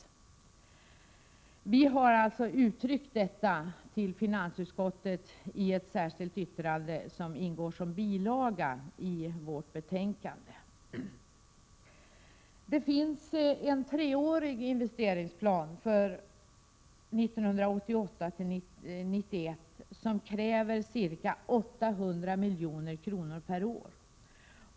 Utskottet har också uttryckt detta i ett särskilt yttrande till finansutskottet som finns med som bilaga till betänkandet. Det finns en treårig investeringsplan för 1988-1991 som kräver ca 800 milj.kr. per år.